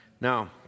Now